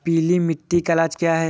पीली मिट्टी का इलाज क्या है?